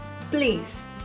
Please